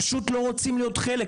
פשוט לא רוצים להיות חלק.